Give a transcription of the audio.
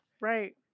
right